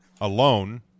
alone